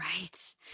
right